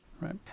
Right